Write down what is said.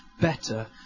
Better